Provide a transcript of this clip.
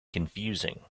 confusing